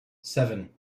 seven